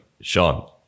Sean